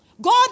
God